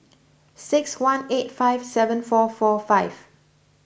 six one eight five seven four four five